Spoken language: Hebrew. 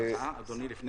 אני מבקש